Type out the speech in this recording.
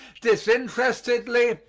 disinterestedly,